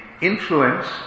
influence